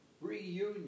reunion